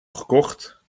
gekocht